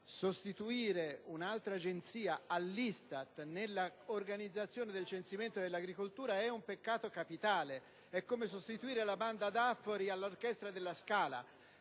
sostituire un'altra agenzia all'ISTAT nell'organizzazione del censimento generale dell'agricoltura sarebbe un peccato capitale: sarebbe come sostituire la banda d'Affori all'orchestra della Scala.